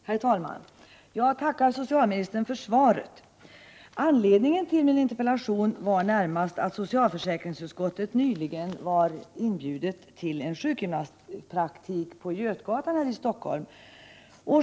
Herr talman! Jag tackar socialministern för svaret. Anledningen till min interpellation var närmast att socialförsäkringsutskottet nyligen var inviterat till en sjukgymnastpraktik på Götgatan här i Stockholm.